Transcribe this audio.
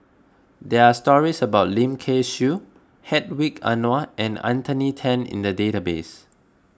there are stories about Lim Kay Siu Hedwig Anuar and Anthony Tan in the database